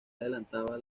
adelantaba